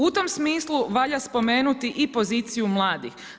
U tom smislu valja spomenuti i poziciju mladih.